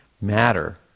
matter